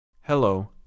Hello